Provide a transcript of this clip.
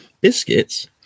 biscuits